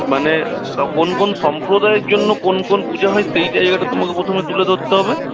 মানে কোন কোন সম্প্রদায়ের জন্য কোন কোন পূজা হয় সেই জায়গাটা তোমাকে প্রথমে তুলে ধরতে হবে